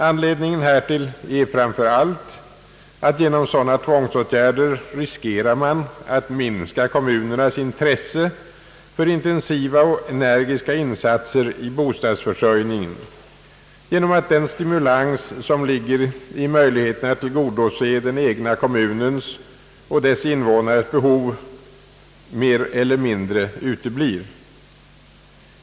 Anledningen härtill är framför allt att man genom sådana tvångsåtgärder riskerar att minska kommunernas intresse för intensiva och energiska insatser i bostadsförsörjningen genom att den stimulans som ligger i möjligheterna att tillgodose den egna kommunens och dess invånares behov mer eller mindre uteblir.